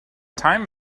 time